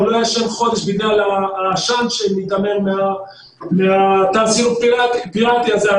לא ישן חודש בגלל העשן שמיתמר מהתעשיות הפיראטיות האלה,